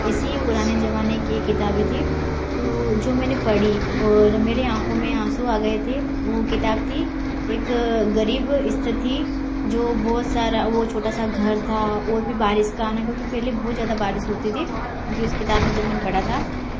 ऐसी पुराने जमाने की किताबें थीं तो जो मैंने पढ़ी और मेरे आँखों में आँसू आ गए थे वो किताब थी एक गरीब स्थिति जो बहुत सारा वो छोटा सा घर था और भी बारिश का आना क्योंकि पहले बहुत ज्यादा बारिश होती थी जो उस किताब में जब मैंने पढ़ा था